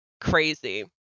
Crazy